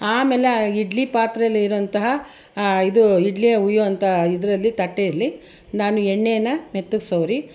ಆಮೇಲೆ ಆ ಇಡ್ಲಿ ಪಾತ್ರೆಯಲ್ಲಿರುವಂತಹ ಇದು ಇಡ್ಲಿ ಉಯ್ಯುವಂಥ ಇದರಲ್ಲಿ ತಟ್ಟೆಯಲ್ಲಿ ನಾನು ಎಣ್ಣೆಯನ್ನು ಮೆತ್ತಗೆ ಸೌರಿ